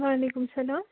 وعلیکُم سلام